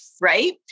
right